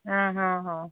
ହଁ ହଁ ହଁ